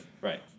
Right